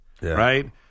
right